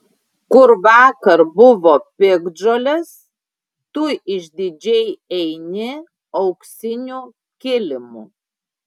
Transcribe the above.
kur vakar buvo piktžolės tu išdidžiai eini auksiniu kilimu